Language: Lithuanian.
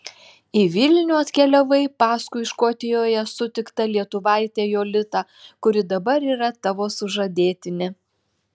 į vilnių atkeliavai paskui škotijoje sutiktą lietuvaitę jolitą kuri dabar yra tavo sužadėtinė